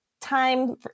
time